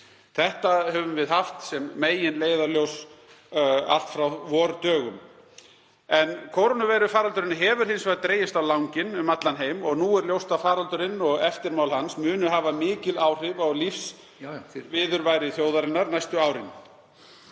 Þetta höfðum við sem leiðarljós allt frá vordögum. Kórónuveirufaraldurinn hefur hins vegar dregist á langinn um allan heim og nú er ljóst að faraldurinn og eftirmál hans munu hafa mikil áhrif á lífsviðurværi þjóðarinnar næstu árin.